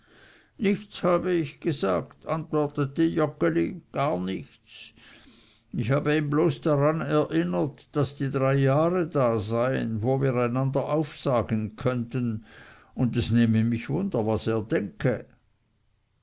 nichts habe ich gesagt antwortete joggeli gar nichts ich habe ihn bloß daran erinnert daß die drei jahre da seien wo wir einander aufsagen könnten und es nehme mich wunder was er denke